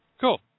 Cool